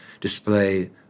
display